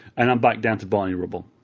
and i'm back down to barney rubble.